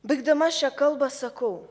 baigdama šią kalbą sakau